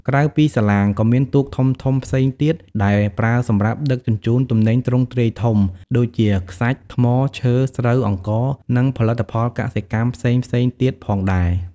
ក្រៅពីសាឡាង ក៏មានទូកធំៗផ្សេងទៀតដែលប្រើសម្រាប់ ដឹកជញ្ជូនទំនិញទ្រង់ទ្រាយធំ ដូចជា ខ្សាច់ ថ្ម ឈើ ស្រូវ អង្ករ និងផលិតផលកសិកម្មផ្សេងៗទៀតផងដែរ។